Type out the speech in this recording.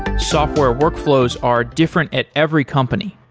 software workflows are different at every company.